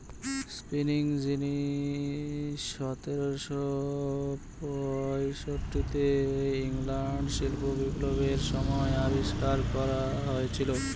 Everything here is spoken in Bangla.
স্পিনিং জিনি সতেরোশো পয়ষট্টিতে ইংল্যান্ডে শিল্প বিপ্লবের সময় আবিষ্কার করা হয়েছিল